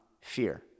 fear